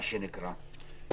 מה שנקרא.